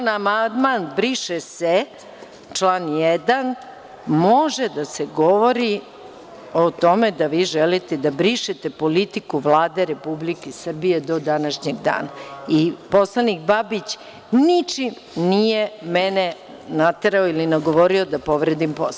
Na amandman – briše se, član 1. može da se govori o tome da vi želite da brišete politiku Vlade Republike Srbije do današnjeg dana i poslanik Babić ničim nije mene naterao ili nagovorio da povredim Poslovnik.